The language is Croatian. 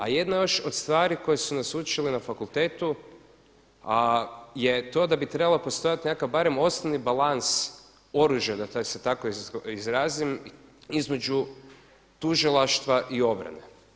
A jedno još od stvari koje su nas učili na fakultetu, je to da bi trebalo postojati nekakav barem osnovni balans oružja da se tako izrazim između tužilaštva i obrane.